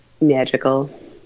magical